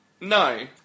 No